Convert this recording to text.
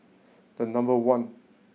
the number one